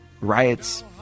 riots